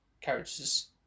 characters